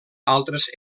altres